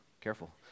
careful